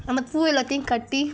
நம்ம பூவை எல்லாத்தையும் கட்டி